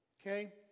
Okay